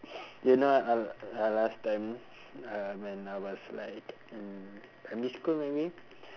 do you know uh uh last time uh when I was like in primary school maybe